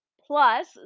Plus